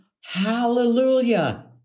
Hallelujah